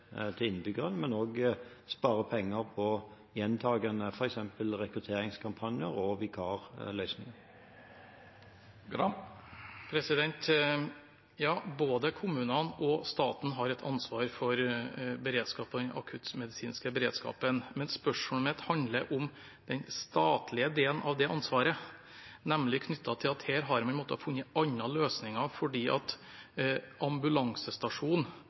til innbyggerne og sparer penger på f.eks. gjentatte rekrutteringskampanjer og vikarløsninger. Ja, både kommunene og staten har et ansvar for beredskap og den akuttmedisinske beredskapen. Men spørsmålet mitt handler om den statlige delen av det ansvaret, nemlig at her har man måttet finne andre løsninger fordi